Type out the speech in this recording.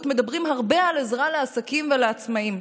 מדברים הרבה על עזרה לעסקים ולעצמאים.